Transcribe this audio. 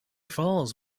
falls